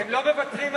הם לא מוותרים עלינו,